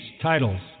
titles